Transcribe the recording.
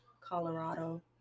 colorado